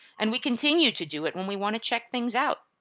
and we continue to do it when we wanna check things out.